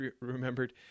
remembered